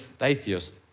atheist